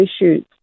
issues